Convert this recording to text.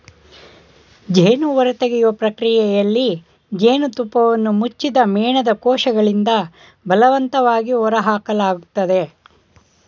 ಜೇನು ಹೊರತೆಗೆಯುವ ಪ್ರಕ್ರಿಯೆಯಲ್ಲಿ ಜೇನುತುಪ್ಪವನ್ನು ಮುಚ್ಚದ ಮೇಣದ ಕೋಶಗಳಿಂದ ಬಲವಂತವಾಗಿ ಹೊರಹಾಕಲಾಗ್ತದೆ